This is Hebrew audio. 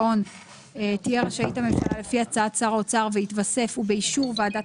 זה למעשה אותו פלט שדיברנו עליו שיגיע לאישור ועדת